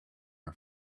her